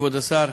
כבוד השר.